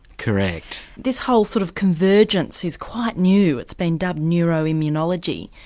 correct. this whole sort of convergence is quite new, it's been dubbed neuro-immunology.